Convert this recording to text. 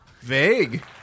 Vague